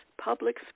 public